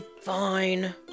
fine